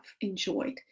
enjoyed